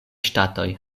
ŝtatoj